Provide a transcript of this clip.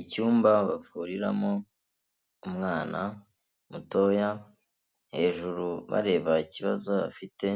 Icyumba bavuriramo umwana mutoya hejuru bareba ikibazo afite